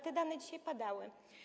Te dane dzisiaj padały.